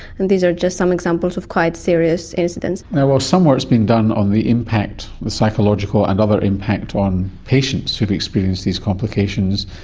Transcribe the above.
and these are just some examples of quite serious incidents. now, while some work has been done on the impact, the psychological and other impact on patients who have experienced these complications,